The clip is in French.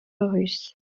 russe